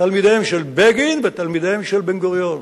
תלמידיהם של בגין ותלמידיהם של בן-גוריון,